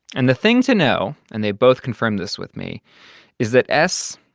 and the thing to know and they both confirmed this with me is that s,